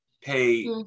pay